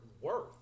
worth